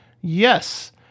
Yes